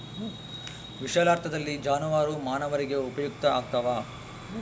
ವಿಶಾಲಾರ್ಥದಲ್ಲಿ ಜಾನುವಾರು ಮಾನವರಿಗೆ ಉಪಯುಕ್ತ ಆಗ್ತಾವ